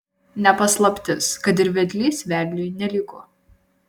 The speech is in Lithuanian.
ne paslaptis kad ir vedlys vedliui nelygu